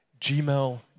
Gmail